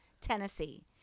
Tennessee